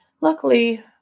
Luckily